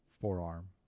forearm